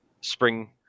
spring